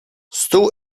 stół